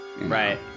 Right